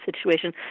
situation